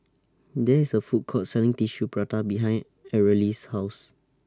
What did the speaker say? There IS A Food Court Selling Tissue Prata behind Areli's House